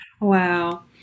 Wow